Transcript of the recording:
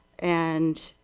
and,